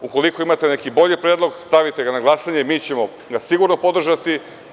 Ukoliko imate neki bolji predlog, stavite ga na glasanje i mi ćemo ga sigurno podržati.